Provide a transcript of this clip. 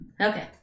Okay